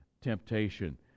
temptation